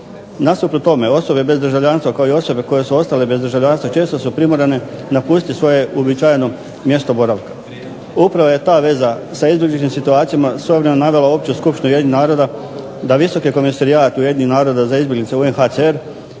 Nasuprot tome osobe bez državljanstva kao i osobe koje su ostale bez državljanstva često su primorane napustiti svoje mjesto boravka. Upravo je ta veza sa izloženim situacijama s obzirom navela Opću skupštinu UN-a da visoki komesarijat UN-a za izbjeglice UNHCR